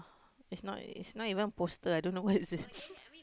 it's not it's not even poster I don't know what is this